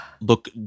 look